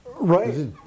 Right